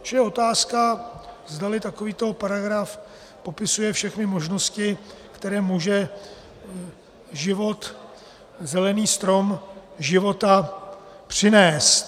Čili je otázka, zdali takovýto paragraf popisuje všechny možnosti, které může život, zelený strom života, přinést.